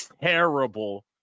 terrible